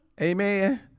amen